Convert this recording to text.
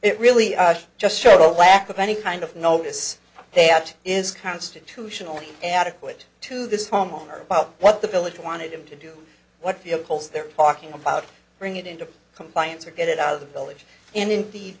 it really just showed a lack of any kind of notice they act is constitutionally adequate to this homeowner about what the village wanted him to do what vehicles they're talking about bring it into compliance or get it out of the village and indeed